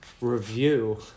review